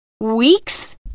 Weeks